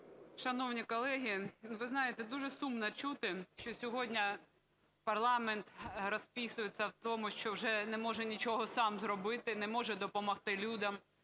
Шановні колеги, ви знаєте, дуже сумно чути, що сьогодні парламент розписується в тому, що вже не може нічого сам зробити: не може допомогти людям,